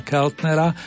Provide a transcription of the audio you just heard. Keltnera